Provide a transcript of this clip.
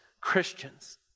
Christians